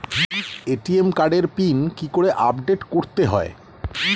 ATM কার্ডের pin কি করে আপডেট করতে হয়?